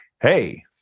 hey